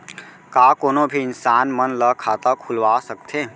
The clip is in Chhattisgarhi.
का कोनो भी इंसान मन ला खाता खुलवा सकथे?